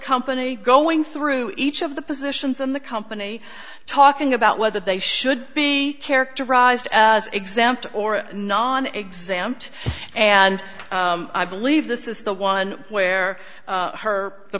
company going through each of the positions in the company talking about whether they should be characterized as exempt or non exam and i believe this is the one where her the